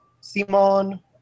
Simon